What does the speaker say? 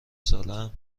سالهام